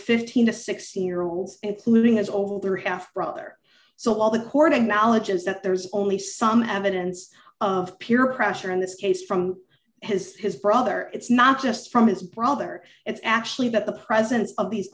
fifteen to sixteen year olds including his older half brother so all the court of knowledge is that there's only some evidence of peer pressure in this case from his his brother it's not just from his brother it's actually that the presence of these